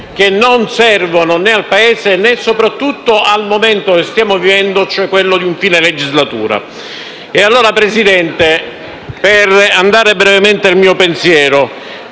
che non servono né al Paese né soprattutto al momento che stiamo vivendo, cioè quello di fine legislatura. Signor Presidente, per andare brevemente al mio pensiero,